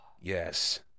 Yes